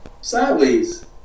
sideways